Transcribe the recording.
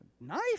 knife